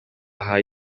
aha